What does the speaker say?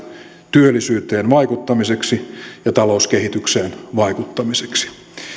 työllisyyteen vaikuttamiseksi ja talouskehitykseen vaikuttamiseksi